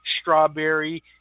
strawberry